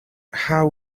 how